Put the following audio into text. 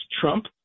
Trump